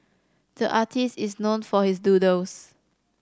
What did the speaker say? the artist is known for his doodles